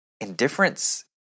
indifference